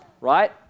right